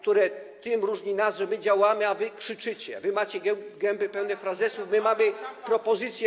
To różni nas, że my działamy, a wy krzyczycie, wy macie gęby pełne frazesów, my mamy propozycje.